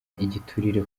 igiturire